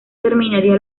terminaría